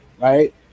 Right